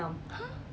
!huh!